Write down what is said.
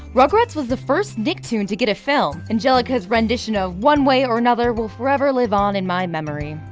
rugrats was the first nicktoon to get a film. angelica's rendition of one way or another will forever live on in my memory.